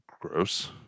gross